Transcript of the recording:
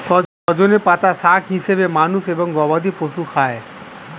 সজনে পাতা শাক হিসেবে মানুষ এবং গবাদি পশুরা খায়